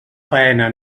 faena